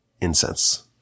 incense